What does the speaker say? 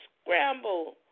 scramble